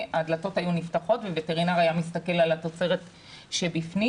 הדלתות היו נפתחות והווטרינר היה מסתכל על התוצרת בפנים.